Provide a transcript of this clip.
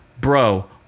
bro